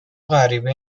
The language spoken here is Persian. غریبه